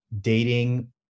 dating